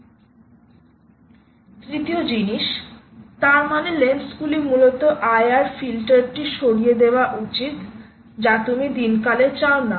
তৃতীয় জিনিস তার মানে লেন্সগুলি মূলত IRফিল্টারটি সরিয়ে দেয়া উচিত যা তুমি দিনকালে চাওনা